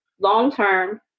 long-term